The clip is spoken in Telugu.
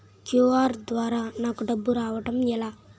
క్యు.ఆర్ ద్వారా నాకు డబ్బులు రావడం ఎలా?